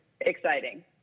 exciting